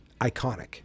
iconic